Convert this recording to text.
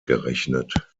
gerechnet